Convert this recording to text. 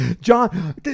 john